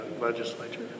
legislature